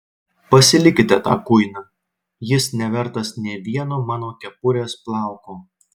pasilikite tą kuiną jis nevertas nė vieno mano kepurės plauko